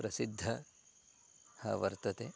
प्रसिद्धः वर्तते